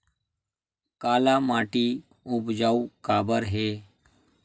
काला माटी उपजाऊ काबर हे?